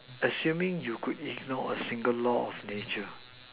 assuming you could ignore a single law of nature